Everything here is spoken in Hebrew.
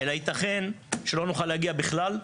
אלא יתכן שלא נוכל להגיע בכלל.